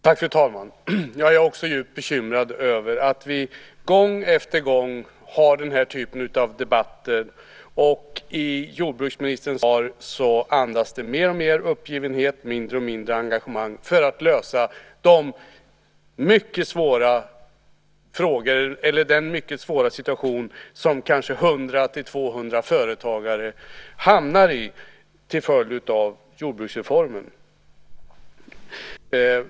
Fru talman! Jag är också djupt bekymrad över att vi gång efter gång har den här typen av debatter. Jordbruksministerns svar andas mer och mer uppgivenhet och mindre och mindre engagemang för att lösa den mycket svåra situation som kanske 100-200 företagare kommer att hamna i till följd av jordbruksreformen.